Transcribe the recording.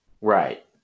right